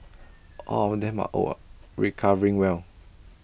all of them are O R recovering well